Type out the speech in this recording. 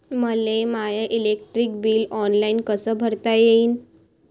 मले my electric bill online कस भरता येईन?